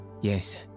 Yes